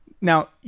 now